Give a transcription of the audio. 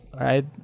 right